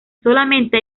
solamente